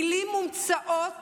מילים מומצאות